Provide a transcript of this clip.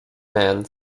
man